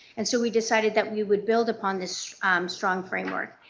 and so we decided that we would build upon this strong framework.